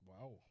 Wow